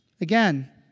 Again